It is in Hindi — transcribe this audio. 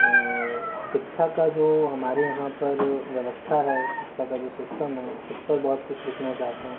शिक्षा का जो हमारे यहाँ पर व्यवस्था है शिक्षा का जो सिस्टम है उस पर बहुत कुछ लिखना चाहता हूँ